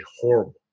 horrible